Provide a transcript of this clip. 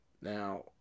Now